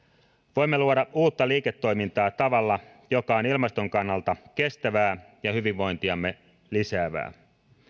voimme luoda uutta liiketoimintaa tavalla joka on ilmaston kannalta kestävää ja hyvinvointiamme lisäävää